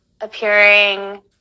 appearing